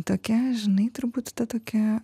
tokia žinai turbūt ta tokia